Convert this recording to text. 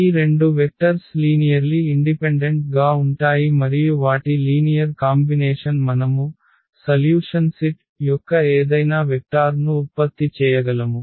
ఈ రెండు vectors linearly independent గా ఉంటాయి మరియు వాటి లీనియర్ కాంబినేషన్ మనము పరిష్కార సెట్ యొక్క ఏదైనా వెక్టార్ను ఉత్పత్తి చేయగలము